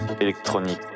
électronique